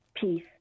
peace